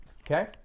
okay